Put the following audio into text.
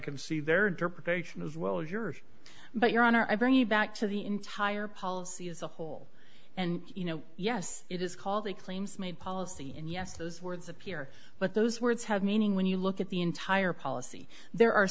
depreciation as well as yours but your honor i bring you back to the entire policy as a whole and you know yes it is called the claims made policy and yes those words appear but those words have meaning when you look at the entire policy there are